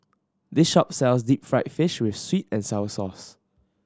this shop sells deep fried fish with sweet and sour sauce